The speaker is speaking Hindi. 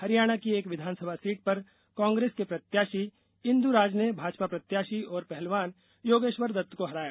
हरियाणा की एक विधानसभा सीट पर कांग्रेस के प्रत्याशी इंद् राज ने भाजपा प्रत्याशी और पहलवान योगेश्वर दत्त को हराया